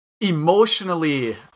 emotionally